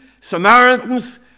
Samaritans